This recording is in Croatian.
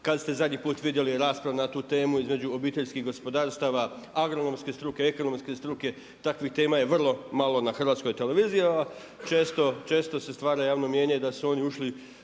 Kada ste zadnji put vidjeli raspravu na tu temu između obiteljskih gospodarstava, agronomske struke, ekonomske struke? Takvih tema je vrlo malo na Hrvatskoj televiziji a često se stvara javno mnijenje da su oni ušli